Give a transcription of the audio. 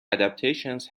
adaptations